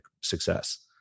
success